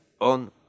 on